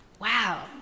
Wow